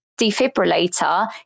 defibrillator